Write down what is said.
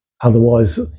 Otherwise